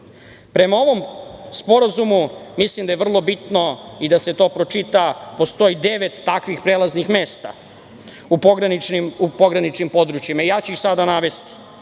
ovom sporazumu, mislim da je to vrlo bitno i da se to pročita, postoji devet takvih prelaznih mesta u pograničnim područjima. Ja ću ih sada navesti,